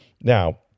Now